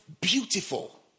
beautiful